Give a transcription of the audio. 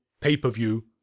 pay-per-view